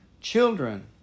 children